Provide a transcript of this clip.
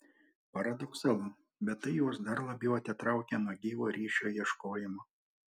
paradoksalu bet tai juos dar labiau atitraukia nuo gyvo ryšio ieškojimo